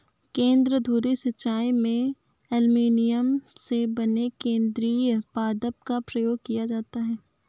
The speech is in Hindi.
केंद्र धुरी सिंचाई में एल्युमीनियम से बने केंद्रीय पाइप का प्रयोग किया जाता है